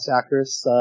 Actress